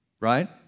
right